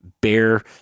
bear